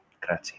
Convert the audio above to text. Grazie